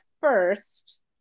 first